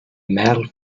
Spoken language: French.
merle